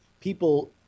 people